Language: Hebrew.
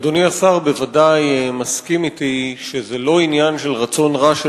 אדוני השר בוודאי מסכים אתי שזה לא עניין של רצון רע של